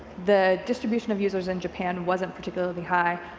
the distribution of users in japan wasn't particularly high,